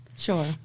Sure